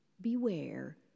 beware